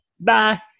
Bye